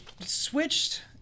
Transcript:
switched